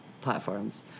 platforms